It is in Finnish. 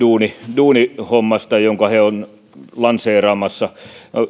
duunihommasta jonka he ovat lanseeraamassa